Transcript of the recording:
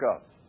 up